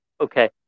Okay